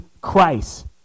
Christ